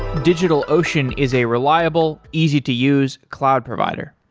digitalocean is a reliable, easy to use cloud provider.